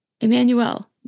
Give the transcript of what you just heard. Emmanuel